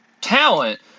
talent